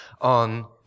on